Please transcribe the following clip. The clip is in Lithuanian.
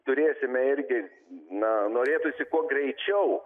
turėsime irgi na norėtųsi kuo greičiau